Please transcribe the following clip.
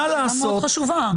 שאלה מאוד חשובה.